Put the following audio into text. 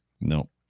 No